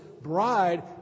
bride